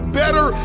better